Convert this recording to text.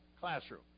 classroom